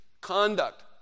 conduct